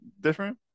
different